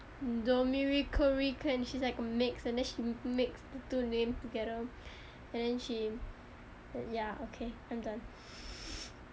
she's like a mixed and then she mix the two names together and then she ya okay I'm done